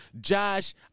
Josh